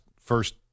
first